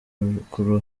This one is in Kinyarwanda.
rwa